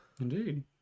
Indeed